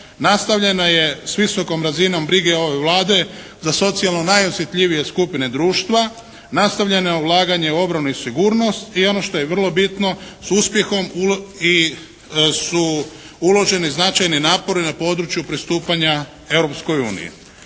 nastavljeno je sa visokom razinom brige ove Vlade da socijalno najosjetljivije skupine društva, nastavljeno je ulaganje u obranu i sigurnost i ono što je vrlo bitno s uspjehom su uloženi značajni napori na području pristupanja